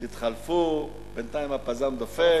תתחלפו, בינתיים הפז"מ דופק.